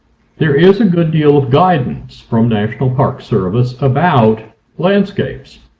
there is a good deal of guidance from national park service about landscapes.